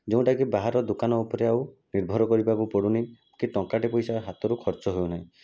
ଯେଉଁଟାକି ବାହାର ଦୋକାନ ଉପରେ ଆଉ ନିର୍ଭର କରିବାକୁ ପଡ଼ୁନାହିଁ କି ଟଙ୍କାଟେ ପଇସା ହାତରୁ ଖର୍ଚ୍ଚ ହେଉନାହିଁ